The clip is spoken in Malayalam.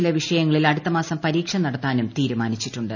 ചില വിഷയങ്ങളിൽ അടുത്ത മാസം പരീക്ഷ നടത്താനും തീരുമാനിച്ചിട്ടുണ്ട്